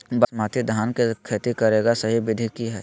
बासमती धान के खेती करेगा सही विधि की हय?